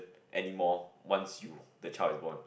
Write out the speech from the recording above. anymore once you the child is born